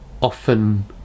often